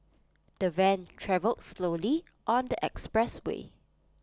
the van travelled slowly on the expressway